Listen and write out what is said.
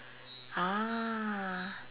!huh!